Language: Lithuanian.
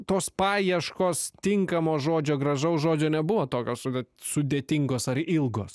tos paieškos tinkamo žodžio gražaus žodžio nebuvo tokios sudėtingos ar ilgos